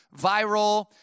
viral